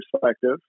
perspective